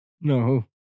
No